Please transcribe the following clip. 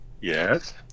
Yes